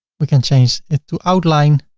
we can change it to outline.